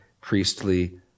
priestly